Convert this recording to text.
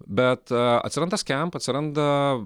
bet atsiranda skemp atsiranda